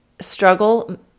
struggle